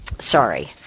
sorry